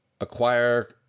acquire